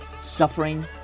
suffering